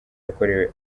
yakorewe